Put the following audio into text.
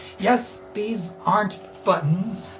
yes, these aren't buttons,